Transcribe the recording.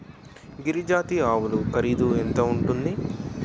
గిరి జాతి ఆవులు ఖరీదు ఎంత ఉంటుంది?